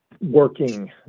working